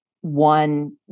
one